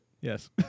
Yes